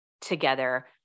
together